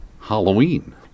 Halloween